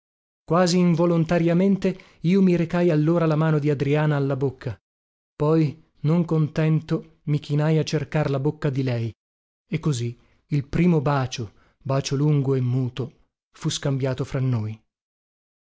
quasi involontariamente io mi recai allora la mano di adriana alla bocca poi non contento mi chinai a cercar la bocca di lei e così il primo bacio bacio lungo e muto fu scambiato fra noi